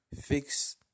fix